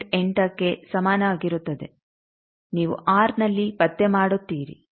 8ಕ್ಕೆ ಸಮಾನಾಗಿರುತ್ತದೆ ನೀವು ಆರ್ನಲ್ಲಿ ಪತ್ತೆ ಮಾಡುತ್ತೀರಿ